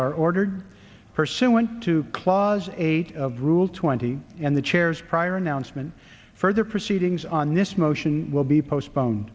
are ordered pursuant to clause eight of rule twenty and the chairs prior announcement further proceedings on this motion will be postpone